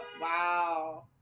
wow